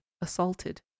assaulted